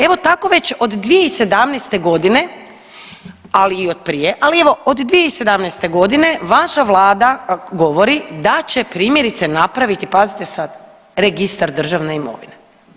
Evo, tako već od 2017. g., ali i od prije, ali evo, od 2017. g. vaša Vlada govori da će primjerice, napraviti, pazite sad, registar državne imovine.